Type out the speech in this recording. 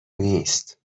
نیست